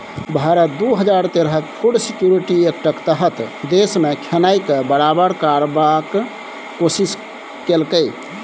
भारत दु हजार तेरहक फुड सिक्योरिटी एक्टक तहत देशमे खेनाइ केँ बराबर करबाक कोशिश केलकै